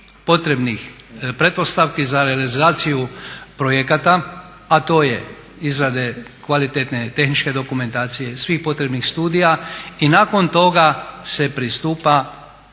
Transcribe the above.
potrebnih pretpostavi za realizaciju projekata, a to je izrade kvalitetne tehničke dokumentacije svih potrebnih studija i nakon toga se pristupa raspisivanju